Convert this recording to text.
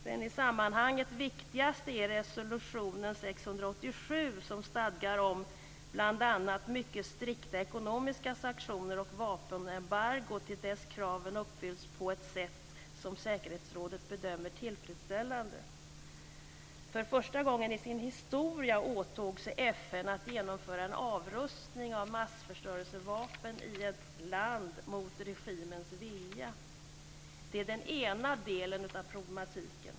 Den i sammanhanget viktigaste resolutionen är resolution 687 som stadgar om bl.a. mycket strikta ekonomiska sanktioner och vapenembargo till dess att kraven uppfylls på ett sätt som säkerhetsrådet bedömer som tillfredsställande. För första gången i sin historia åtog sig FN att genomföra en avrustning av massförstörelsevapen i ett land mot regimens vilja. Detta är den ena delen av problematiken.